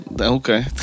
Okay